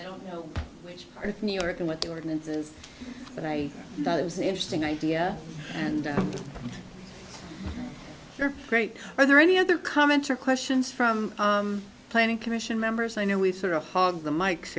i don't know which or new york or what the ordinance is but i thought it was an interesting idea and great are there any other comments or questions from planning commission members i know we sort of hog the mike